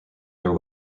their